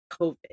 COVID